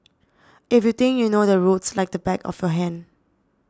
if you think you know the roads like the back of your hand